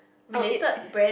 oh it is